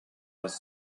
was